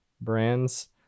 brands